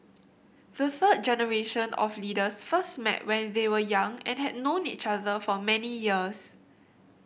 the third generation of leaders first met when they were young and had known each other for many years